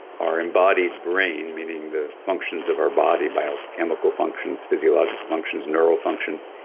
our embodied brain, meaning the functions of our body, biochemical functions physiological functions, neural functions.